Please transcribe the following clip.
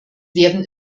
werden